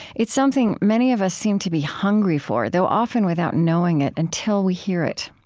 it's something many of us seem to be hungry for, though often without knowing it until we hear it.